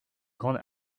grande